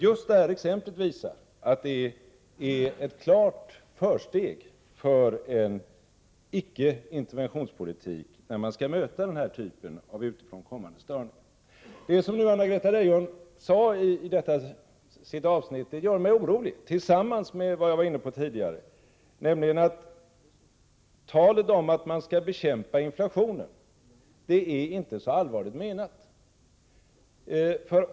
Just detta exempel visar att det är ett klart försteg för en icke-interventionspolitik när man skall möta denna typ av utifrån kommande störningar. Det som Anna-Greta Leijon sade i det avseendet gör mig orolig, tillsammans med vad jag var inne på tidigare, nämligen att talet om att man skall bekämpa inflationen inte tycks vara så allvarligt menat.